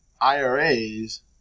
IRAs